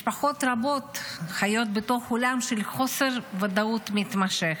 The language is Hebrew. משפחות רבות חיות בתוך עולם של חוסר ודאות מתמשך.